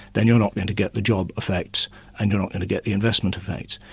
then you're not going to get the job effects and you're not going to get the investment effects.